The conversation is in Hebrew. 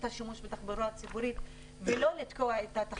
השימוש בתחבורה הציבורית ולא לתקוע אותה.